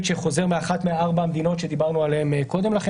שחוזר מאחת מארבע המדינות שדיברנו עליהן קודם לכן,